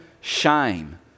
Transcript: shame